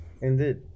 Indeed